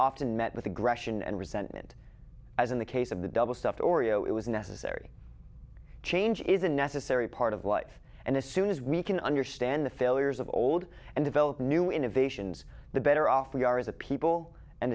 often met with aggression and resentment as in the case of the double stuffed oreo it was necessary change is a necessary part of life and as soon as we can understand the failures of old and develop new innovations the better off we are as a people